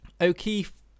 O'Keefe